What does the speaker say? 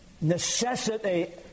Necessity